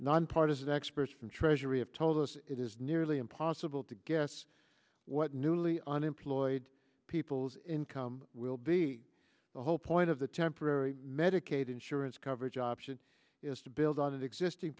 nonpartisan experts from treasury have told us it is nearly impossible to guess what newly unemployed people's income will be the whole point of the temporary medicaid insurance coverage option is to build on an existing